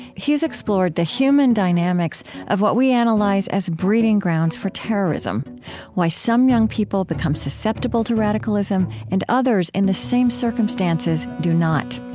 he's explored the human dynamics of what we analyze as breeding grounds for terrorism why some young people become susceptible to radicalism and others, in the same circumstances, do not.